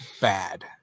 bad